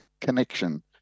connection